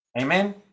Amen